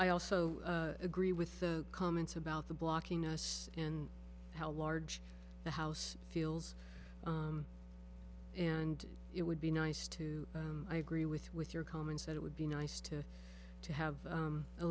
i also agree with the comments about the blocking us and how large the house feels and it would be nice to i agree with with your comments that it would be nice to to have